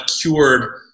cured